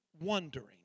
wondering